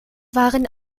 waren